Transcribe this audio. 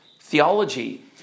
theology